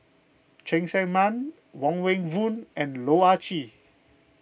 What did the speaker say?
Cheng Tsang Man Wong Meng Voon and Loh Ah Chee